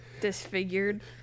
Disfigured